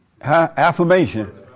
Affirmation